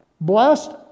blessed